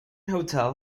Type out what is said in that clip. hotel